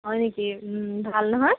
হয় নেকি ভাল নহয়